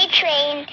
train